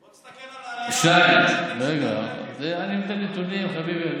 תסתכל על העלייה, רגע, אני נותן נתונים, חביבי.